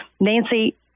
Nancy